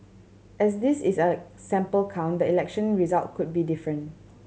as this is a sample count the election result could be different